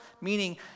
meaning